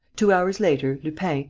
two hours later, lupin,